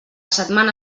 setmana